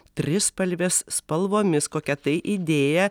trispalvės spalvomis kokia tai idėja